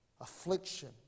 affliction